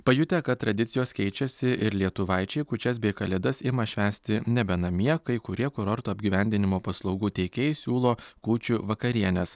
pajutę kad tradicijos keičiasi ir lietuvaičiai kūčias bei kalėdas ima švęsti nebe namie kai kurie kurorto apgyvendinimo paslaugų teikėjai siūlo kūčių vakarienes